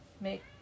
make